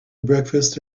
breakfast